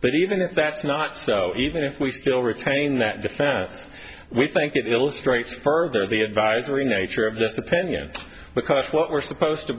but even if that's not so even if we still retain that defense we think that illustrates further the advisory nature of this opinion because what we're supposed to